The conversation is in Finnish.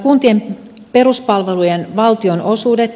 kuntien peruspalvelujen valtionosuudet